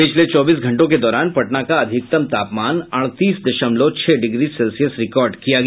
पिछले चौबीस घंटों के दौरान पटना का अधिकतम तापमान अड़तीस दशमलव छह डिग्री सेल्सियस रिकॉर्ड किया गया